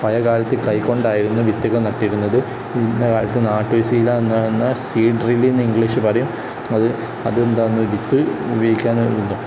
പഴയ കാലത്ത് കൈക്കൊണ്ടായിരുന്നു വിത്തുകൾ നട്ടിരുന്നത് ഇന്ന് കാലത്ത് നാട്ടുശീല എന്ന് ഇന്ന് സീഡ് ഡ്രില്ല് എന്ന് ഇംഗ്ലീഷിൽ പറയും അത് അതെന്താണ് വിത്ത്